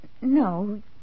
No